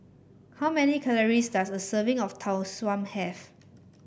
how many calories does a serving of Tau Suan have